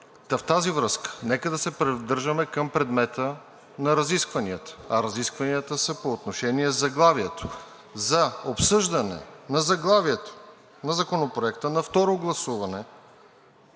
В тази връзка нека да се придържаме към предмета на разискванията, а разискванията са по отношение на заглавието. За обсъждане на заглавието на Законопроекта на второ гласуване